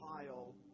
pile